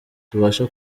tubasha